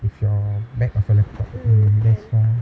with your back of your laptop